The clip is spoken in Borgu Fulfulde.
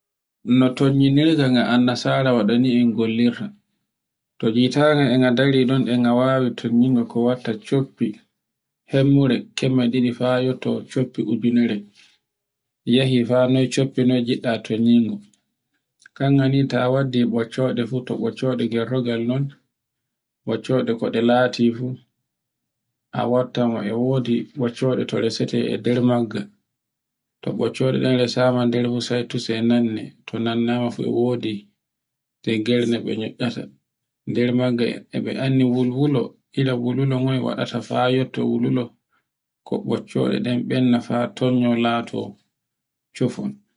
No tonyinirga nga an nasara waɗani en gollirta, to ngitangal e ngal dari ɗon e nga wawi tunyinga ko watta coppi. Hemmure, kemme ɗiɗi fa yotto coppi ujinore, yihi fa noffi ujinore coppi noy giɗɗa to nyi to nyigo. Kanga ni ta waddi ɓoccoɗe fu to ɓoccoɗe gerhogal non, ɓoccoɗe ko lati fu a wattan e wa e wodi ɓoccoɗe to resete, e nder maggal to ɓoccoɗe ɗen resa ma nder husai to sai nan ne, to nannama fu e wodi tiggare nde ɗe nyo'aata nder magga e ɗe andi wulwulo, ira wulwongon e waɗata fa yotoo wulwulo ko ɓocceɗe ɗen benda fa lato cupon.